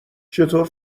چطور